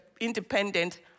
independent